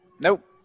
Nope